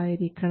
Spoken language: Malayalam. ആയിരിക്കണം